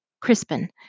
Crispin